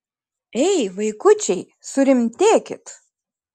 ei vaikučiai surimtėkit